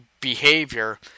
behavior